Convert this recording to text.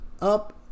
up